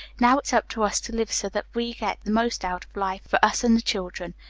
now it's up to us to live so that we get the most out of life for us an' the children.